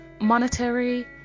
monetary